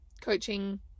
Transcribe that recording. coaching